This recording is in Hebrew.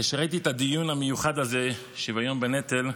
כשראיתי את הדיון המיוחד הזה, שוויון בנטל,